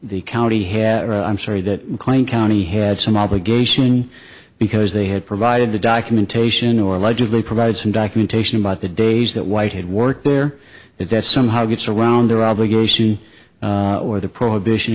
had i'm sorry that county had some obligation because they had provided the documentation or allegedly provided some documentation about the days that white had worked there if that somehow gets around their obligation or the prohibition